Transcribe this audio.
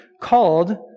called